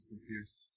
Confused